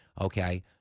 okay